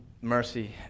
mercy